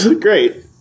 Great